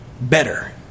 better